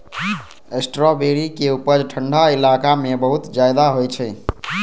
strawberry के उपज ठंढा इलाका मे बहुत ज्यादा होइ छै